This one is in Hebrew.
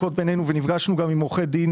נפגשנו עם עורכי דין